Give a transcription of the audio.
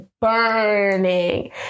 burning